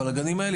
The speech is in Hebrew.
אבל הגנים האלה,